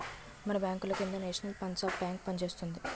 మన బాంకుల కింద నేషనల్ పంజాబ్ బేంకు పనిచేస్తోంది